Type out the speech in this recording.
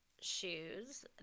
shoes